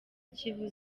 kivu